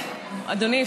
אדוני,